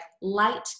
light